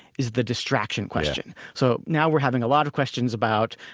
is the distraction question. so now we're having a lot of questions about,